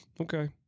Okay